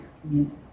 community